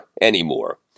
anymore